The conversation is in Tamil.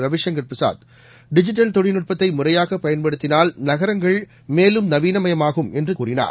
ரவிசங்கர் பிரசாத் டிஜிட்டல் தொழில்நுட்பத்தை முறையாகப் பயன்படுத்தினால் நகரங்கள் மேலும் நவீனமாகும் என்று கூறினார்